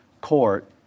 court